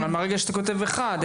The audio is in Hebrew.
אבל מהרגע שאתה כותב אחד,